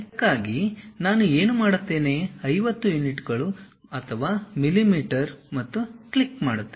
ಅದಕ್ಕಾಗಿ ನಾನು ಏನು ಮಾಡುತ್ತೇನೆ 50 ಯುನಿಟ್ಗಳು ಅಥವಾ ಮಿಲಿಮೀಟರ್ ಮತ್ತು ಕ್ಲಿಕ್ ಮಾಡಿ